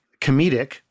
comedic